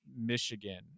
Michigan